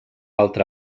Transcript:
altra